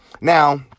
Now